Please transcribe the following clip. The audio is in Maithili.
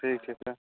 ठीक छै तऽ